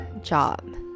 job